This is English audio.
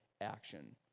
action